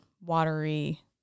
watery